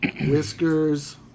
whiskers